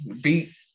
beat